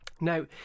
Now